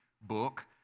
book